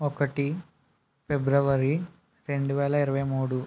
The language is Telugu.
ఒకటి ఫిబ్రవరి రెండు వేల ఇరవై మూడు